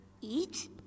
eat